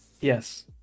yes